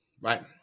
right